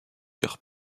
car